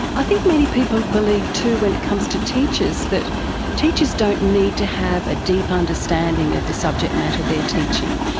i think many people believe too when it comes to teachers that teachers don't need to have a deep understanding of the subject matter they are teaching,